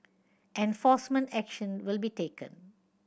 enforcement action will be taken